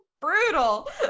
brutal